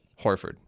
horford